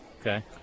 Okay